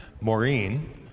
Maureen